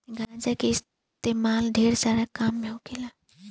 गांजा के इस्तेमाल ढेरे काम मे होखेला